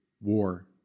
war